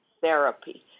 therapy